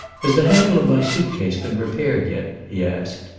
has the handle of my suitcase been repaired yet? he asked.